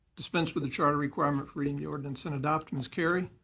dispense with the charter requirement for reading the ordinance and adopt. ms. carry.